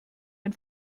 ein